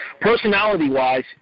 Personality-wise